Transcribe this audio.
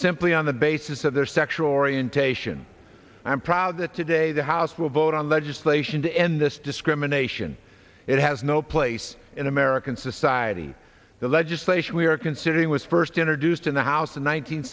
simply on the basis of their sexual orientation i am proud that today the house will vote on legislation to end this discrimination it has no place in american society the legislation we are considering was first introduced in the house in